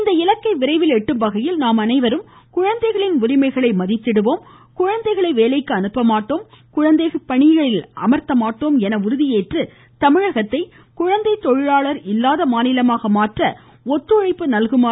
இந்த இலக்கை விரைவில் எட்டும் வகையில் நாம் அனைவரும் குழந்தைகளின் உரிமைகளை மதித்திடுவோம் குழந்தைகளை வேலைக்கு அனுப்பமாட்டோம் குழந்தைகளை பணியில் அமர்த்தமாட்டோம் என உறுதியேற்று தமிழகத்தை குழந்தை தொழிலாளர் இல்லாத மாநிலமாக மாற்ற அனைவரும் முதலமைச்சர் கேட்டுக்கொண்டுள்ளார்